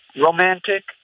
Romantic